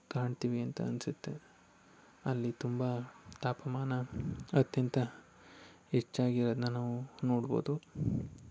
ಕಾಣ್ತೀವಿ ಅಂತ ಅನಿಸುತ್ತೆ ಅಲ್ಲಿ ತುಂಬ ತಾಪಮಾನ ಅತ್ಯಂತ ಹೆಚ್ಚಾಗಿರೋದ್ನ ನಾವು ನೋಡ್ಬೋದು